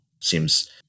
seems